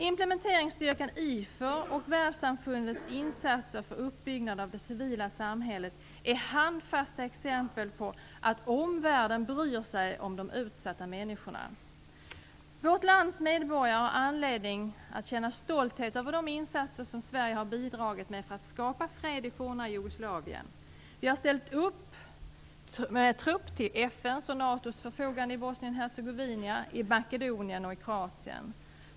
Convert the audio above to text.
Implementeringsstyrkan IFOR och världssamfundets insatser för uppbyggnad av det civila samhället är handfasta exempel på att omvärlden bryr sig om de utsatta människorna. Vårt lands medborgare har anledning att känna stolthet över de insatser som Sverige bidragit med för att skapa fred i det forna Jugoslavien. Vi har ställt trupp till FN:s och NATO:s förfogande i Bosnien-Hercegovina, i Makedonien och Kroatien.